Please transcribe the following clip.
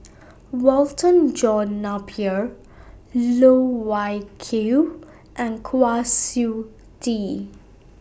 Walter John Napier Loh Wai Kiew and Kwa Siew Tee